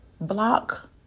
Block